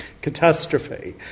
catastrophe